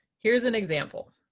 here's an example.